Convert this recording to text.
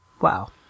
Wow